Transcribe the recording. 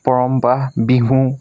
পৰম্পৰা বিহু